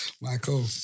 Michael